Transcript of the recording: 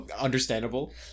Understandable